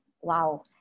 wow